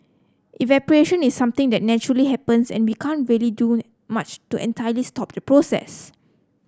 evaporation is something that naturally happens and we can't really do much to entirely stop the process